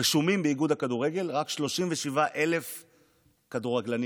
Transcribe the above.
רשומים באיגוד הכדורגל רק 37,000 כדורגלנים.